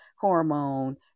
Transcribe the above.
hormone